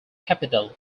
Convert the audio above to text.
capital